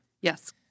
Yes